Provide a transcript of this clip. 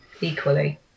equally